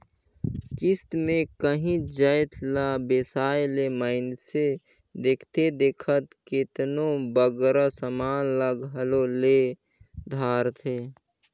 किस्त में कांही जाएत ला बेसाए ले मइनसे देखथे देखत केतनों बगरा समान ल घलो ले धारथे